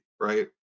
right